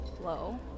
Low